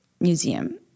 Museum